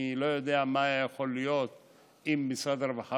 אני לא יודע מה היה יכול להיות אם משרד הרווחה